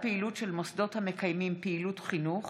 פעילות של מוסדות המקיימים פעילות חינוך)